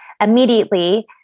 immediately